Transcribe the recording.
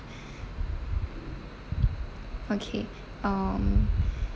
okay um